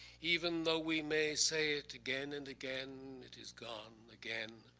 even though we may say it again and again, it is gone again,